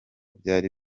byari